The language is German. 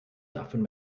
davon